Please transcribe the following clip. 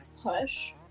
push